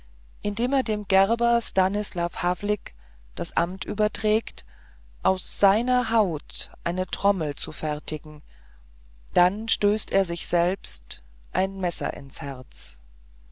indem er dem gerber stanislaw havlik das amt überträgt aus seiner haut eine trommel zu fertigen dann stößt er sich selbst ein messer ins herz